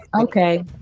okay